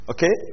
Okay